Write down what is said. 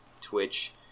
Twitch